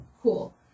cool